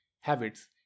Habits